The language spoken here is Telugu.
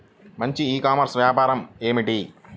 మంచి ఈ కామర్స్ వ్యాపారం ఏమిటీ?